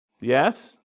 Yes